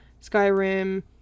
Skyrim